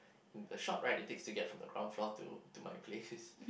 the short ride that takes you to get from the ground floor to to my places